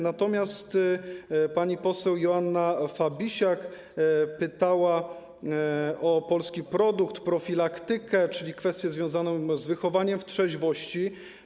Natomiast pani poseł Joanna Fabisiak pytała o polski produkt, profilaktykę, czyli kwestię związaną z wychowaniem w trzeźwości.